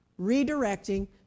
redirecting